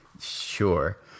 Sure